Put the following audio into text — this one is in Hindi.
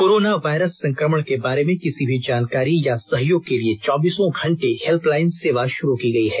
कोरोना वायरस संक्रमण के बारे में किसी भी जानकारी या सहयोग के लिए चौबीसों घंटे हेल्पलाइन सेवा शुरू की है